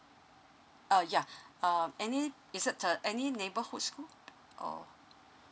uh yeah uh any it's a any neighbourhood school or